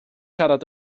siarad